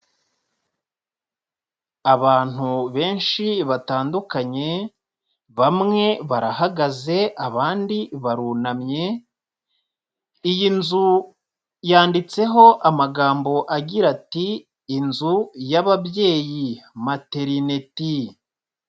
Abantu benshi batandukanye, bamwe barahagaze abandi barunamye, iyi nzu yanditseho amagambo agira ati:"Inzu y'ababyeyi materineti."